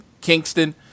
Kingston